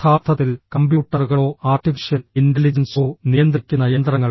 യഥാർത്ഥത്തിൽ കമ്പ്യൂട്ടറുകളോ ആർട്ടിഫിഷ്യൽ ഇന്റലിജൻസോ നിയന്ത്രിക്കുന്ന യന്ത്രങ്ങൾ